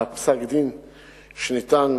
פסק-הדין שניתן